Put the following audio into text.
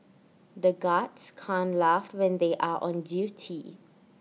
the guards can't laugh when they are on duty